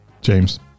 James